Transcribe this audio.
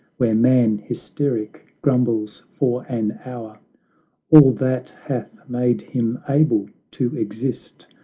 where man, hysteric, grumbles for an hour all that hath made him able to exist,